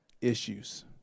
issues